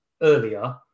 earlier